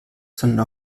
sondern